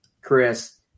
Chris